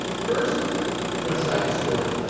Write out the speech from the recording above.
first west side store at